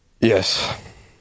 Yes